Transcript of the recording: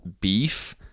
beef